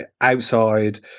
outside